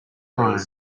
crime